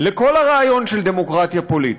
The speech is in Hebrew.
לכל הרעיון של דמוקרטיה פוליטית,